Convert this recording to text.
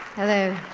hello.